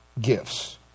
gifts